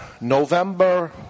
November